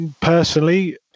Personally